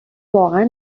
واقعا